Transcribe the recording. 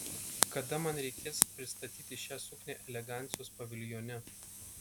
kada man reikės pristatyti šią suknią elegancijos paviljone